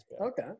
Okay